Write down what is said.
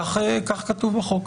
כך כתוב בחוק.